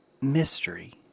mystery